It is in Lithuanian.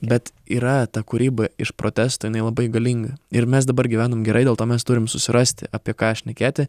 bet yra ta kūryba iš protesto jinai labai galinga ir mes dabar gyvenam gerai dėl to mes turim susirasti apie ką šnekėti